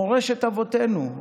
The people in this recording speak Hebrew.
מורשת אבותינו.